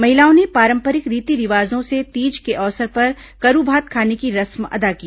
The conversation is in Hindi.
महिलाओं ने पारंपरिक रीति रिवाजों से तीज के अवसर पर करूमात खाने की रस्म अदा की